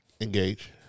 Engage